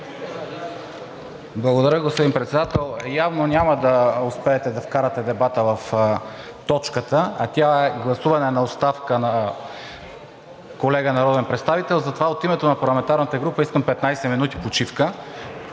Благодаря, господин Председател. Явно няма да успеете да вкарате дебата в точката, а тя е гласуване на оставка на колега народен представител. Затова от името на парламентарната група искам 15 минути почивка.